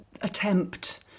attempt